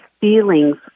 feelings